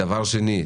דבר שני,